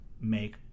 make